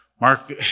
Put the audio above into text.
mark